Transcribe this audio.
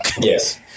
Yes